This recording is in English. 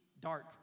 dark